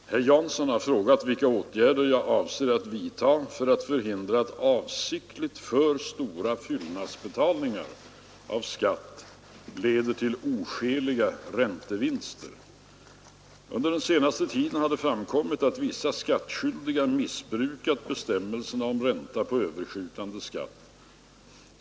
Herr talman! Herr Jansson har frågat vilka åtgärder jag avser att vidta för att förhindra att avsiktligt för stora fyllnadsinbetalningar av skatt leder till oskäliga räntevinster. Under den senaste tiden har det framkommit att vissa skattskyldiga missbrukat bestämmelserna om ränta på överskjutande skatt.